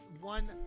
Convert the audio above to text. one